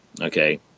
Okay